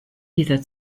dieser